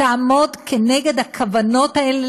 תעמוד נגד הכוונות האלה,